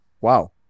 Wow